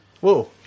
Whoa